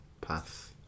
path